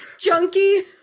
Junkie